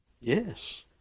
Yes